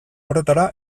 horretara